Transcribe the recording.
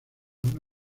una